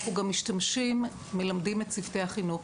אנחנו גם משתמשים ומלמדים את צוותי החינוך,